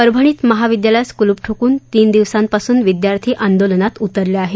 परभणीत महाविद्यालयास कुलूप ठोकून तीन दिवसांपासून विद्यार्थी आंदोलनात उतरले आहेत